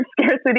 scarcity